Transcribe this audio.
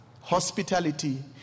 hospitality